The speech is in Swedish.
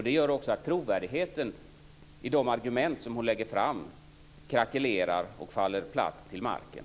Det gör också att trovärdigheten i de argument som hon lägger fram krackelerar och faller platt till marken.